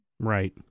Right